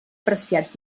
apreciats